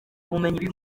ubumenyi